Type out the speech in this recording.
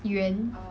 元